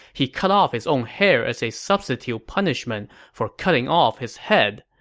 he cut off his own hair as a substitute punishment for cutting off his head.